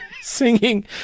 singing